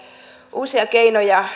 uusia keinoja